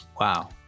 Wow